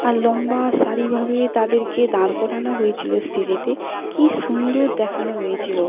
আর লম্বা সারিভাবে তাদেরকে দাঁড় করানো হয়েছিল স্টেজেতে কী সুন্দর দেখানো হয়েছিল